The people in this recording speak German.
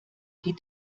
geht